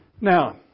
Now